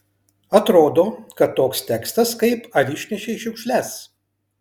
atrodo kad toks tekstas kaip ar išnešei šiukšles